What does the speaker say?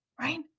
Right